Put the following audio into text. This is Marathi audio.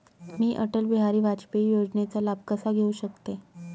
मी अटल बिहारी वाजपेयी योजनेचा लाभ कसा घेऊ शकते?